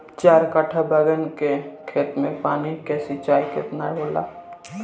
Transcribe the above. चार कट्ठा बैंगन के खेत में पानी के सिंचाई केतना होला?